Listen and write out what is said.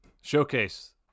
Showcase